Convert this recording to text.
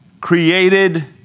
created